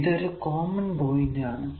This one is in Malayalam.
ഇത് ഒരു കോമൺ പോയിന്റ് ആണ്